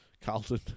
Carlton